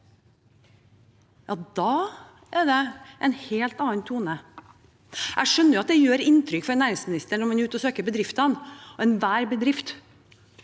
er det en helt annen tone. Jeg skjønner at det gjør inntrykk på en næringsminister når man er ute og besøker bedriftene og enhver bedrift